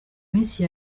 minsi